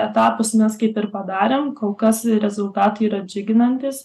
etapus mes kaip ir padarėm kol kas rezultatai yra džiuginantys